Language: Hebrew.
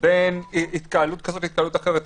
בין התקהלות כזו לאחרת?